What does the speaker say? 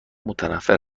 متنفر